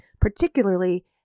particularly